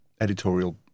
editorial